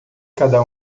cada